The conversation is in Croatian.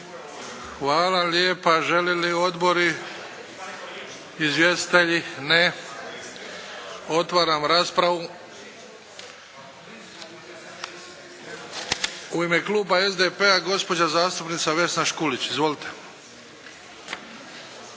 Hvala lijepa. Žele li odbori? Izvjestitelji? Ne. Otvaram raspravu. U ime kluba SDP-a gospođa zastupnica Vesna Škulić. Izvolite!